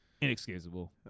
Inexcusable